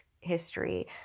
history